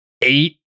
eight